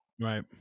Right